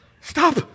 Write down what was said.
Stop